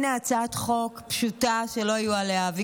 אושרה בקריאה טרומית ותעבור לוועדת חוץ